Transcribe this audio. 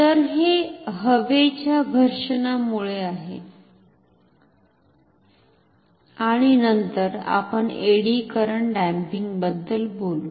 तर हे हवेच्या घर्षणामुळे आहे आणि नंतर आपण एडी करंट डॅम्पिंगबद्दल बोलू